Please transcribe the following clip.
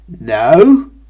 no